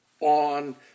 on